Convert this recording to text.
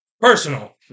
personal